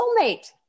soulmate